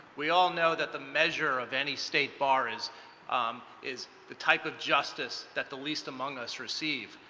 we all know that the measure of any state bar is um is the type of justice that the least among us receive.